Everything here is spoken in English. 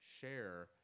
share